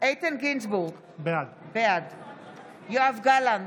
איתן גינזבורג, בעד יואב גלנט,